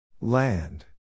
Land